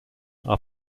are